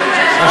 מה ביקשנו?